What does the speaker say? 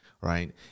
right